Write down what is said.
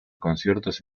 conciertos